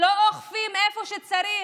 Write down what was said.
לא אוכפים איפה שצריך.